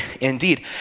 indeed